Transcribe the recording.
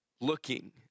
looking